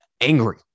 angry